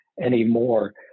anymore